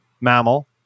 mammal